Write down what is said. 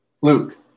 Luke